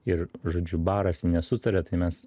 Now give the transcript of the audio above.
ir žodžiu barasi nesutaria tai mes